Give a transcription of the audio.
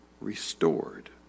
restored